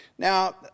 Now